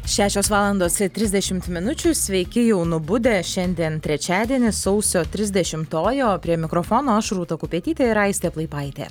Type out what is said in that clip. šešios valandos trisdešimt minučių sveiki jau nubudę šiandien trečiadienis sausio trisdešimtoji o prie mikrofono aš rūta kupetytė ir aistė plaipaitė